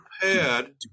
prepared